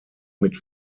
mit